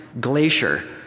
glacier